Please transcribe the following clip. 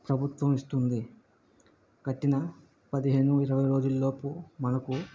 ప్రభుత్వం ఇస్తుంది కట్టిన పదిహేను ఇరవై రోజుల్లోపు మనకు